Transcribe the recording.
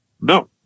No